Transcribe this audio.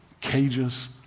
cages